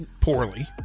Poorly